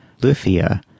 Lufia